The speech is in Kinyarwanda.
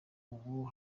ubu